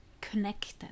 connected